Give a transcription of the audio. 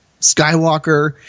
Skywalker